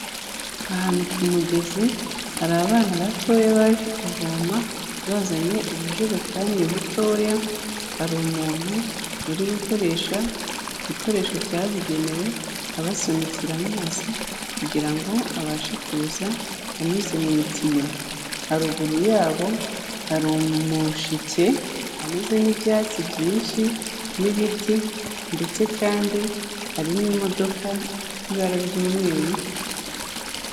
Ahantu ku mugezi hari abana batoya baje kuvoma bazanye ubujerekani butoya, hari umuntu uri gukoresha igikoresho cyabugenewe abasunikira amazi kugira ngo abashe kuza anyuze mu itiyo, haruguru yabo hari umushike wamezemo ibyatsi byinshi n'ibiti ndetse kandi hari n'imodoka ifite ibara ry'umweru.